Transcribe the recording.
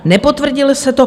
Nepotvrdilo se to.